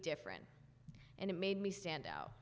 different and it made me stand out